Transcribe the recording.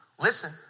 listen